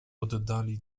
oddali